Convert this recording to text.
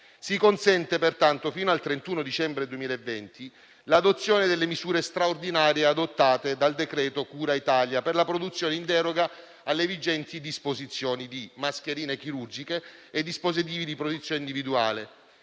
si consente, pertanto, fino al 31 dicembre 2020 l'adozione delle misure straordinarie adottate dal cosiddetto decreto cura Italia per la produzione, in deroga alle vigenti disposizioni, di mascherine chirurgiche e di dispositivi di protezione individuale.